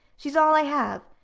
she is all i have.